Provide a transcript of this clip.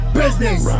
business